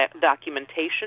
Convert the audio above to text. documentation